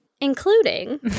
including